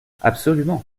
absolument